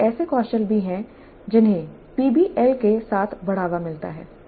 ये ऐसे कौशल भी हैं जिन्हें पीबीआई के साथ बढ़ावा मिलता है